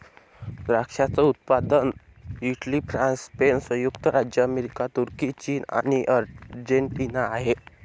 द्राक्षाचे उत्पादक Italy, France, Spain, संयुक्त राज्य अमेरिका, तुर्की, चीन आणि अर्जेंटिना आहे